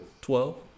Twelve